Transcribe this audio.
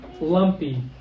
lumpy